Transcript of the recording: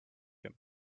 him